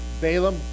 Balaam